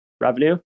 revenue